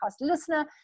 listener